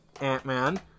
ant-man